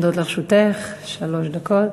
עומדות לרשותך שלוש דקות.